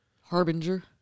harbinger